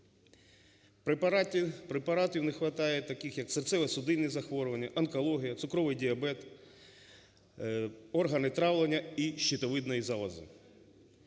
препаратів не хватає таких як серцево-судинні захворювання, онкологія, цукровий діабет, органи травлення і щитовидної залози.